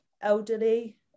elderly